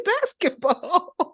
basketball